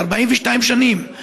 42 שנים.